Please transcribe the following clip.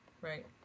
right